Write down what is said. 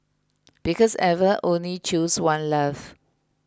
because Eva can only choose one love